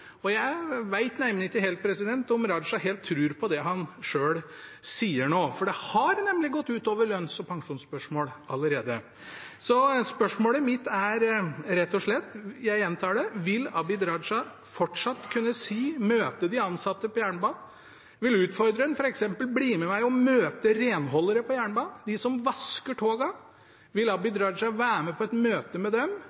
og jeg vet neimen ikke helt om Raja helt tror på det han selv sier nå, for det har nemlig gått ut over lønns- og pensjonsspørsmål allerede. Så spørsmålet mitt er rett og slett – jeg gjentar: Vil Abid Q. Raja fortsatt kunne hevde i møte med de ansatte på jernbanen – jeg vil utfordre ham til f.eks. å bli med meg og møte renholdere på jernbanen, de som vasker